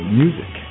music